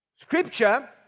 Scripture